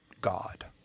God